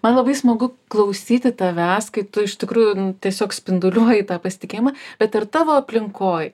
man labai smagu klausyti tavęs kai tu iš tikrųjų tiesiog spinduliuoji tą pasitikėjimą bet ar tavo aplinkoj